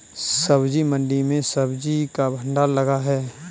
सब्जी मंडी में सब्जी का भंडार लगा है